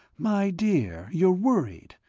my dear, you're worried,